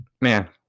man